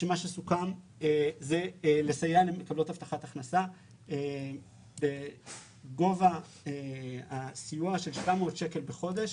סוכם לסייע למקבלות הבטחת הכנסה בגובה סיוע של 700 שקלים בחודש